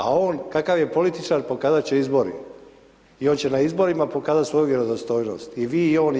A on kakav je političar, pokazat će izbori i on će na izborima pokazat svoju vjerodostojnost, i vi i on i ja.